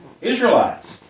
Israelites